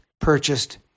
purchased